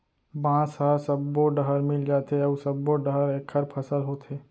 बांस ह सब्बो डहर मिल जाथे अउ सब्बो डहर एखर फसल होथे